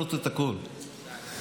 להעלות את הכול אחרי זה,